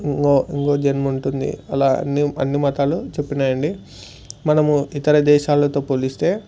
ఇంకో ఇంకోక జన్మ ఉంటుంది అలా అన్ని అన్ని మతాలు చెప్పినాయండి మనము ఇతర దేశాలతో పోలిస్తే